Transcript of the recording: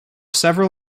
several